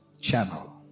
channel